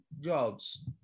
Jobs